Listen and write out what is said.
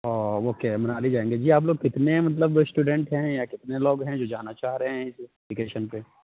او okay Manali جائیں گے جی آپ لوگ کتنے مطلب اسٹوڈنٹ ہیں یا لوگ ہیں جو جانا چاہ رہے ہیں اِس ویکیشن پہ